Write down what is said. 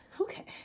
okay